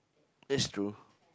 that's true